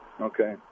Okay